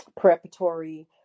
preparatory